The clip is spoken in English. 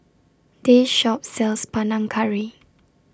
This Shop sells Panang Curry